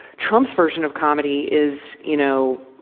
trump's version of comedy is, you know,